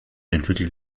entwickelt